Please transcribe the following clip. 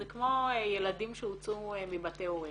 זה כמו ילדים שהוצאו מבתי הורים,